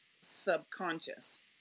subconscious